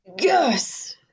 Yes